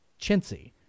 chintzy